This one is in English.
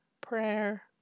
prayer